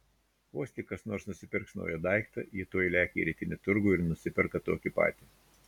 vos tik kas nors nusipirks naują daiktą ji tuoj lekia į rytinį turgų ir nusiperka tokį patį